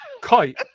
kite